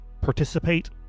participate